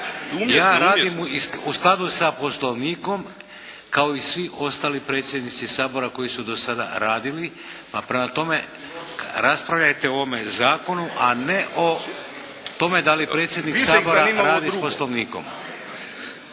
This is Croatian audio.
Ja radim u skladu sa Poslovnikom kao i svi ostali predsjednici Sabora koji su do sada radili pa prema tome raspravljajte o ovome zakonu a ne o tome da li predsjednik Sabora radi s Poslovnikom.